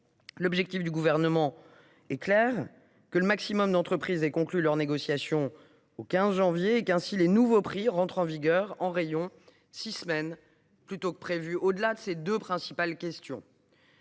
L’objectif du Gouvernement est clair : que le maximum d’entreprises ait conclu leurs négociations au 15 janvier et que, ainsi, les nouveaux prix entrent en vigueur en rayon six semaines plus tôt que prévu. Au delà de ces deux principales questions,